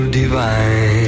divine